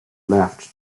left